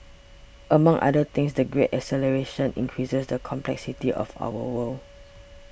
among other things the Great Acceleration increases the complexity of our world